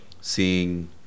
Seeing